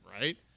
right